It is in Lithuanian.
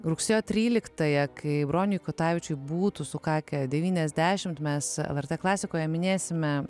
rugsėjo tryliktąją kai broniui kutavičiui būtų sukakę devyniasdešimt mes lrt klasikoje minėsime